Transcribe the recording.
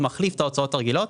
הוא מחליף את ההוצאות הרגילות,